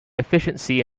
efficiency